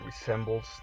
resembles